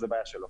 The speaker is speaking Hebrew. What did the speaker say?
זו בעיה שלו.